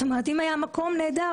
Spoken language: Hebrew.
אם היה מקום אז נהדר,